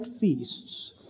feasts